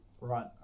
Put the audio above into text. Right